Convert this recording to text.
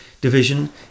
division